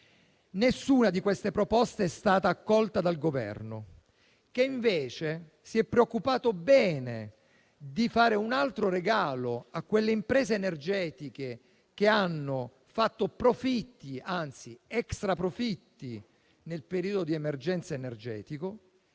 Nessuna di queste proposte è stata accolta dal Governo, che invece si è preoccupato bene di fare un altro regalo a quelle imprese energetiche che hanno fatto profitti, anzi extra-profitti, nel periodo dell'emergenza energetica.